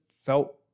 felt